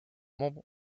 membre